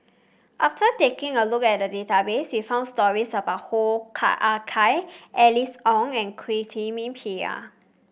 after taking a look at the database we found stories about Hoo Ah Kay Alice Ong and Quentin Pereira